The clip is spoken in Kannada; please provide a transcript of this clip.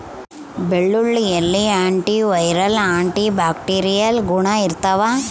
ಬೆಳ್ಳುಳ್ಳಿಯಲ್ಲಿ ಆಂಟಿ ವೈರಲ್ ಆಂಟಿ ಬ್ಯಾಕ್ಟೀರಿಯಲ್ ಗುಣ ಇರ್ತಾವ